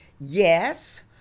Yes